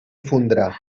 esfondrar